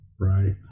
right